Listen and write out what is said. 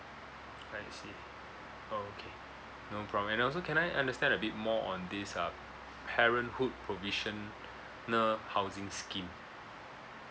I see okay no problem and also can I understand a bit more on this uh parenthood provisioner housing scheme